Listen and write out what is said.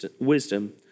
wisdom